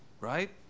right